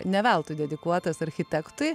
ne veltui dedikuotas architektui